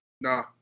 No